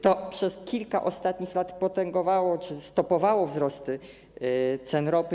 To przez kilka ostatnich lat potęgowało czy stopowało wzrosty cen ropy.